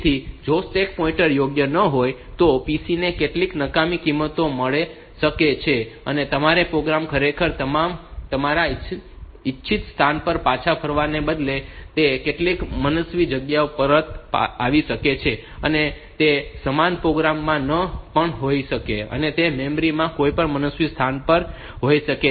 તેથી જો stack pointer યોગ્ય ન હોય તો PC ને કેટલીક નકામી કિંમત મળી શકે છે અને તમારો પ્રોગ્રામ ખરેખર તમારા ઇચ્છિત સ્થાન પર પાછા ફરવાને બદલે તે કેટલીક મનસ્વી જગ્યાએ પરત આવી શકે છે અને તે સમાન પ્રોગ્રામ માં ન પણ હોઈ શકે અને તે મેમરી માં કોઈ મનસ્વી સ્થાન પર પણ હોઈ શકે છે